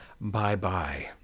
Bye-bye